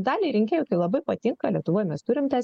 daliai rinkėjų tai labai patinka lietuvoj mes turim tą